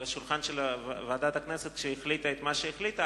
שולחן ועדת הכנסת כשהיא החליטה את מה שהחליטה,